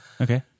Okay